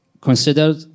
considered